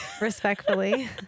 respectfully